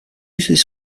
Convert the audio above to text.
this